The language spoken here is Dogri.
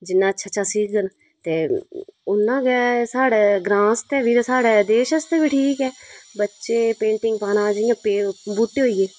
जिन्ना अच्छा अच्छा सिक्खगङ ते उन्ना गै साढ़ै ग्रांऽ आस्तै बी ते साढ़ै देश आस्तै बी ठीक ऐ बच्चे पेंटिंग पाना जि'यां बूह्ट्टे होई गे